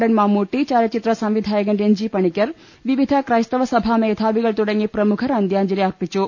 നടൻ മമ്മൂട്ടി ചലച്ചിത്രസംവിധായകൻ രഞ്ജിപണിക്കർ വിവിധ ക്രൈസ്തവ സഭാ മേധാവികൾ തുടങ്ങി പ്രമുഖർ അന്ത്യാ ഞ്ജലി അർപിച്ചു